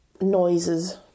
noises